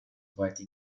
poeti